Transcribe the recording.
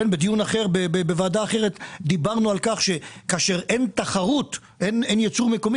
בדיון בוועדה אחרת דיברנו על כך שכאשר אין ייצור מקומי